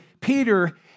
Peter